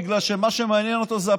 בגלל שמה שמעניין אותו זה הבחירות.